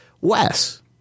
Wes